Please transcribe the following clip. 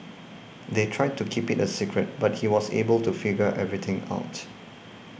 they tried to keep it a secret but he was able to figure everything out